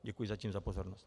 Děkuji zatím za pozornost.